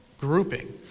grouping